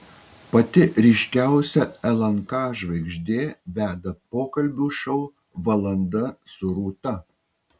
pati ryškiausia lnk žvaigždė veda pokalbių šou valanda su rūta